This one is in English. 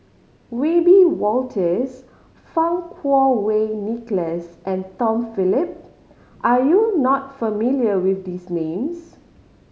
Wiebe Wolters Fang Kuo Wei Nicholas and Tom Phillip are you not familiar with these names